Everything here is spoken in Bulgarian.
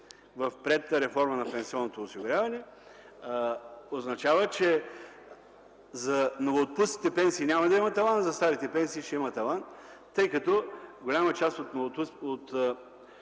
в приетата реформа на пенсионното осигуряване означава, че за новоотпуснатите пенсии няма да има таван, а за старите пенсии ще има таван, тъй като голяма част от старите